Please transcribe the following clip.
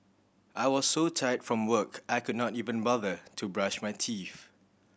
I was so tired from work I could not even bother to brush my teeth